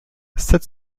sept